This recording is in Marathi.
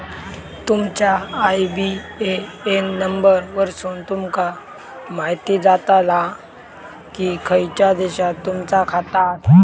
तुमच्या आय.बी.ए.एन नंबर वरसुन तुमका म्हायती जाताला की खयच्या देशात तुमचा खाता आसा